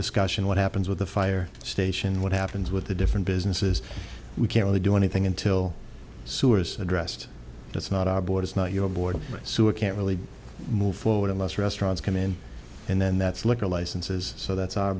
discussion what happens with the fire station what happens with the different businesses we can't really do anything until ssris addressed that's not our board it's not your board so it can't really move forward unless restaurants come in and then that's liquor licenses so that's our